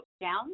down